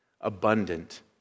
abundant